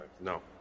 No